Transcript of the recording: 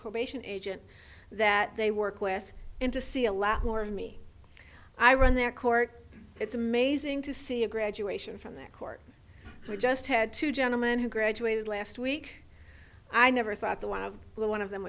probation agent that they work with him to see a lot more of me i run their court it's amazing to see a graduation from that court who just had two gentlemen who graduated last week i never thought the one of one of them